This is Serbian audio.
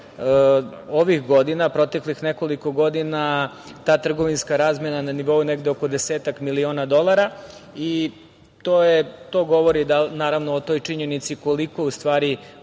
ovih godina, proteklih nekoliko godina, ta trgovinska razmena na nivou negde oko desetak miliona dolara. To govori naravno o toj činjenici koliko u stvari postoji